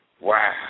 Wow